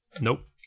Nope